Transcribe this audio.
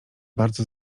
bardzo